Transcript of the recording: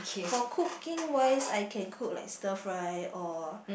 for cooking wise I can cook like stir fry or